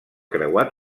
creuar